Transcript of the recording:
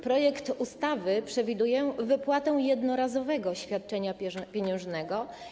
Projekt ustawy przewiduje wypłatę jednorazowego świadczenia pieniężnego.